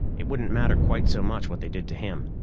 it wouldn't matter quite so much what they did to him.